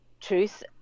truth